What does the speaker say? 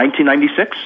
1996